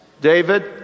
David